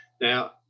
Now